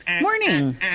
Morning